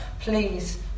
please